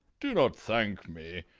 do not thank me.